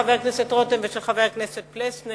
(תשלום למודיע על השלכת פסולת בניין שלא כדין),